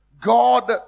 God